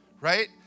Right